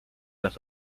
las